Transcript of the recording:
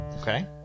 Okay